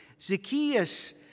Zacchaeus